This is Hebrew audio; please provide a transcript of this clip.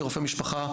כרופא משפחה,